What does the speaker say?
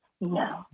No